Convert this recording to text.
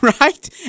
Right